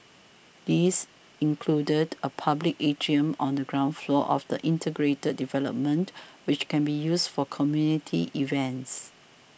these included a public atrium on the ground floor of the integrated development which can be used for community events